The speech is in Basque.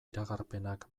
iragarpenak